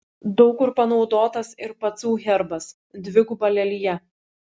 daug kur panaudotas ir pacų herbas dviguba lelija